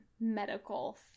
medical